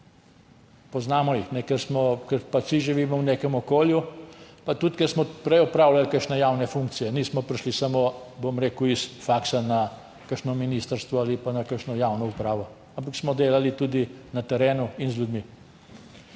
Poznamo jih, ker pač vsi živimo v nekem okolju, pa tudi ker smo prej opravljali kakšne javne funkcije, nismo prišli samo, bom rekel, s faksa na kakšno ministrstvo ali pa na kakšno javno upravo, ampak smo delali tudi na terenu in z ljudmi.